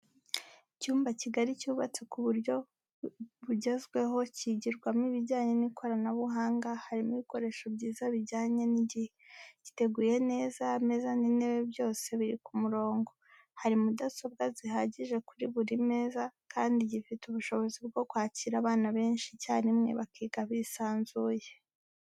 Icyumba kigari cyubatse ku buryo bwugezweho kigirwamo ibijyanye n'ikoranabuhanga harimo ibikoresho byiza bijyanye n'igihe, giteguye neza ameza n'intebe byose biri ku murongo ,hari mudasobwa zihagije kuri buri meza kandi gifite ubushobozi bwo kwakira abana benshi icyarimwe bakiga bisanzuye.